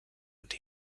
und